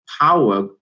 power